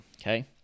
okay